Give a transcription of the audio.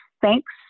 Thanks